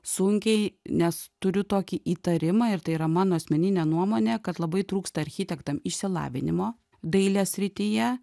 sunkiai nes turiu tokį įtarimą ir tai yra mano asmeninė nuomonė kad labai trūksta architektam išsilavinimo dailės srityje